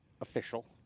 official